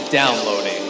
downloading